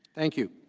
thank you